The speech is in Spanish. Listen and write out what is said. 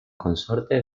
consorte